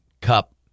cup